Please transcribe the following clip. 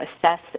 assess